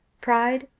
pride,